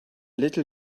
little